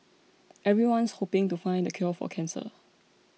everyone's hoping to find the cure for cancer